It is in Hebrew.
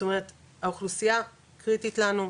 זאת אומרת האוכלוסייה קריטית לנו,